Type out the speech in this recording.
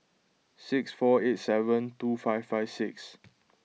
six four eight seven two five five six